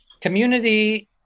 Community